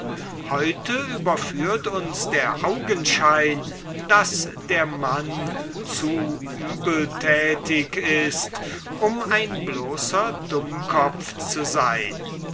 heute überführt uns der augenschein daß der mann zu übeltätig ist um ein bloßer dummkopf zu sein